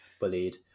bullied